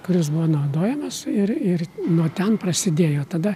kuris buvo naudojamas ir ir nuo ten prasidėjo tada